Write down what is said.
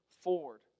forward